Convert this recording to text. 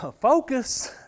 Focus